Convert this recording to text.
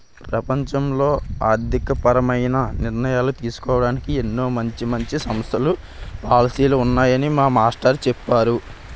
ప్రపంచంలో ఆర్థికపరమైన నిర్ణయాలు తీసుకోడానికి ఎన్నో మంచి మంచి సంస్థలు, పాలసీలు ఉన్నాయని మా మాస్టారు చెప్పేరు